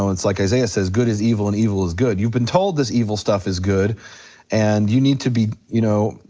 it's like isaiah says, good is evil and evil is good, you've been told this evil stuff is good and you need to be, you know.